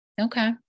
okay